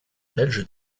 belge